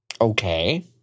Okay